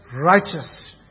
righteous